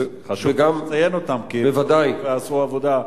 אז חשוב גם לציין אותם, כי הם עשו עבודה.